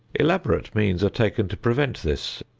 elaborate means are taken to prevent this,